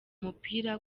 mupira